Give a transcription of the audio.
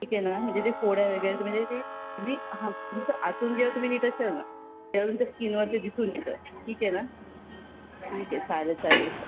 ठीक आहे ना म्हणजे ते फोड वगैरे तर म्हणजे ते वि हां तुमचं आतून जेव्हा तुम्ही नीट असाल ना तेव्हा तुमच्या स्कीनवरती दिसून येतं ठीक आहे ना ठीक आहे चालेल चालेल स